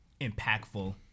impactful